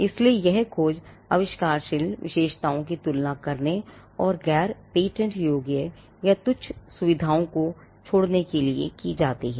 इसलिए यह खोज आविष्कारशील विशेषताओं की तुलना करने और गैर पेटेंट योग्य या तुच्छ सुविधाओं को छोड़ने के लिए की जाती है